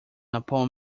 upon